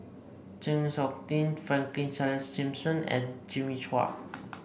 Chng Seok Tin Franklin Charles Gimson and Jimmy Chua